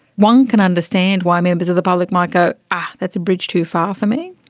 one can understand why members of the public might go that's a bridge too far for me.